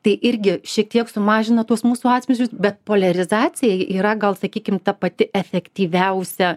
tai irgi šiek tiek sumažina tuos mūsų atspindžius bet poliarizacija yra gal sakykim ta pati efektyviausia